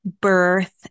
birth